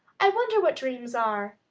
i wonder what dreams are.